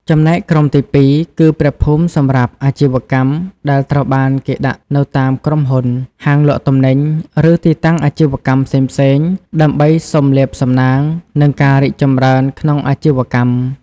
ចំណែកក្រុមទីពីរគឺ ព្រះភូមិសម្រាប់អាជីវកម្ម ដែលត្រូវបានគេដាក់នៅតាមក្រុមហ៊ុន ហាងលក់ទំនិញ ឬទីតាំងអាជីវកម្មផ្សេងៗ ដើម្បីសុំលាភសំណាង និងការរីកចម្រើនក្នុងអាជីវកម្ម។